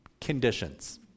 conditions